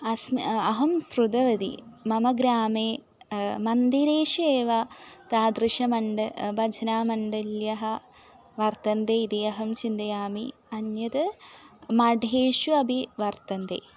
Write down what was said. अस्मि अहं श्रुतवती मम ग्रामे मन्दिरेषु एव तादृश मण्ड भजनमण्डल्यः वर्तन्ते इति अहं चिन्तयामि अन्यद् मठेषु अपि वर्तन्ते